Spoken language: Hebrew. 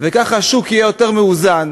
וכך השוק יהיה יותר מאוזן,